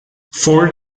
ford